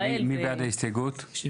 מי בעד הסתייגות 97?